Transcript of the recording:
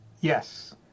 Yes